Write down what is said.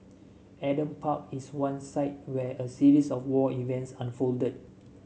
Adam Park is one site where a series of war events unfolded